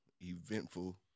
eventful